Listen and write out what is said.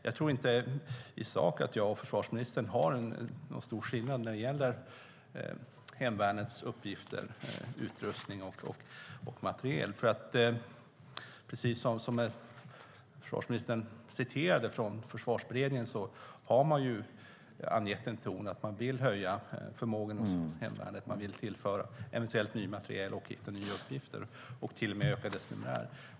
Jag tror inte att det finns någon stor skillnad i sak mellan mig och försvarsministern när det gäller hemvärnets uppgifter, utrustning och materiel. Precis som försvarsministern citerade från Försvarsberedningen har man ju angett en ton som går ut på att man vill höja förmågan hos hemvärnet, eventuellt tillföra ny materiel, hitta nya uppgifter och till och med öka dess numerär.